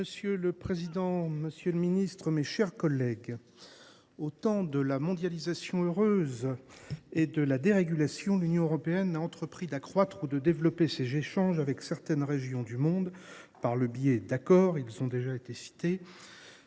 Monsieur le président, monsieur le ministre, mes chers collègues, au temps de la « mondialisation heureuse » et de la dérégulation, l’Union européenne a entrepris d’accroître ou de développer ses échanges avec certaines régions du monde par le biais d’accords, qui ont déjà été